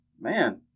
Man